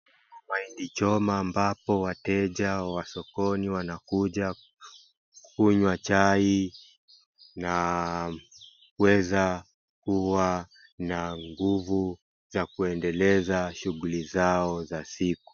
Mahindi choma ambapo wateja wa sokoni wanakuja kunywa chai na kuweza kuwa na nguvu za kuendeleza shughuli zao za siku .